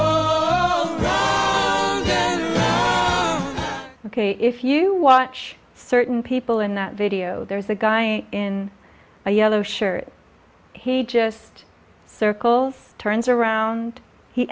was ok if you watch certain people in that video there's a guy in a yellow shirt hey just circle turns around he